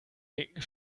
dicken